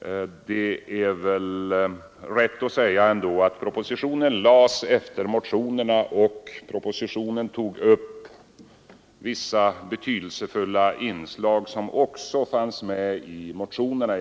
Men det är väl ändå rätt att säga att propositionen lades fram efter motionerna och att propositionen tog upp vissa betydelsefulla inslag som också fanns med i motionerna.